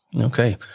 Okay